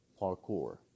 parkour